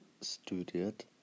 studied